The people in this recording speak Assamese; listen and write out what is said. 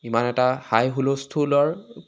ইমান এটা হাই হুলস্থুলৰ